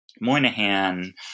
Moynihan